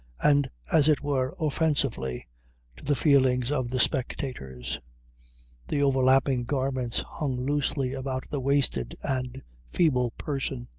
and as it were offensively to the feelings of the spectators the over-lapping garments hung loosely about the wasted and feeble person,